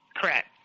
Correct